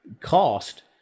cost